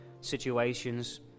situations